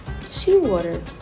Seawater